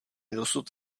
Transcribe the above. dosud